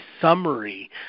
summary